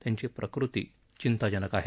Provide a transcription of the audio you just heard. त्यांची प्रकृती चिंताजनक आहे